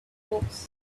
books